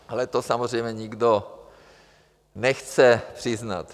Ale to samozřejmě nikdo nechce přiznat.